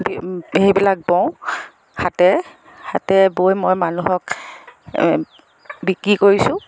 সেইবিলাক বওঁ হাতেৰে হাতেৰে বৈ মই মানুহক বিক্ৰী কৰিছোঁ